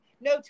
no